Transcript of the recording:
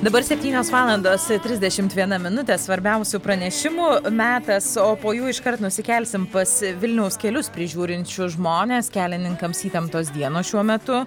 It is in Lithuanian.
dabar septynios valandos trisdešimt viena minutė svarbiausių pranešimų metas o po jų iškart nusikelsim pas vilniaus kelius prižiūrinčius žmones kelininkams įtemptos dienos šiuo metu